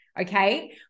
Okay